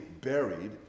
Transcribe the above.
buried